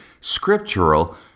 scriptural